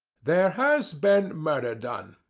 there has been murder done,